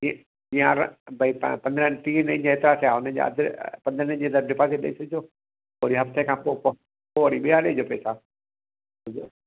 यारु भई तव्हां पंद्रहं टीह ॾींहंनि जा एतिरा थिया उन जा अधु पंद्रहं ॾींहंनि जी अधु तव्हां खे ॾई छॾिजो वरी हफ़्ते खां पोइ पोइ वरी ॿिया ॾिजो पेसा